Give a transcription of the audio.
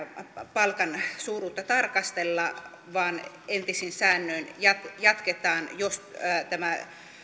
palkan suuruutta tarkastella vaan entisin säännöin jatketaan jos tämä